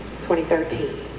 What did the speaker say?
2013